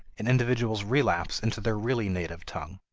and individuals relapse into their really native tongue.